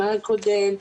עם אלכוג'ל.